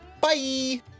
Bye